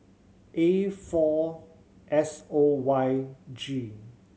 A four S O Y G